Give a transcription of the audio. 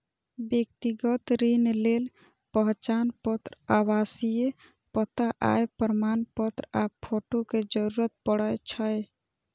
व्यक्तिगत ऋण लेल पहचान पत्र, आवासीय पता, आय प्रमाणपत्र आ फोटो के जरूरत पड़ै छै